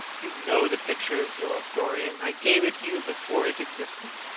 you know the picture is yours, dorian. i gave it to you before it existed.